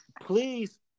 Please